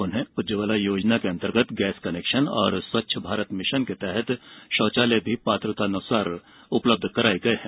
उन्हें उज्जवला योजना के अंतर्गत गैस कनेक्शन और स्वच्छ भारत मिशन के तहत शौचालय भी पात्रतानुसार उपलब्ध कराये गये हैं